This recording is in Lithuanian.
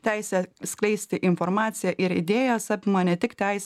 teisę skleisti informaciją ir idėjas apima ne tik teisė